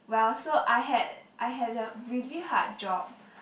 well so I had I had a really hard job